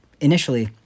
initially